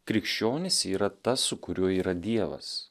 krikščionis yra tas su kuriuo yra dievas